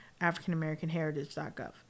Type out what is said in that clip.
africanamericanheritage.gov